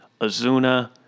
Azuna